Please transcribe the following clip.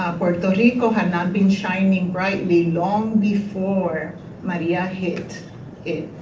ah puerto rico had not been shining brightly long before maria hit it.